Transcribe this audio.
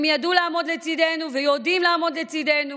הם ידעו לעמוד לצידנו ויודעים לעמוד לצידנו.